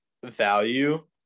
value